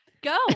go